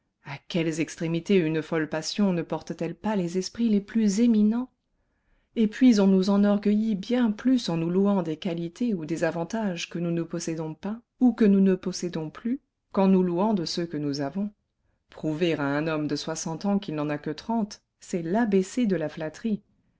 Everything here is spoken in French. à quelles extrémités une folle passion ne porte-t-elle pas les esprits les plus éminents et puis on nous enorgueillit bien plus en nous louant des qualités ou des avantages que nous ne possédons pas ou que nous ne possédons plus qu'en nous louant de ceux que nous avons prouver à un homme de soixante ans qu'il n'en a que trente c'est l'a b c de la flatterie